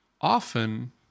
often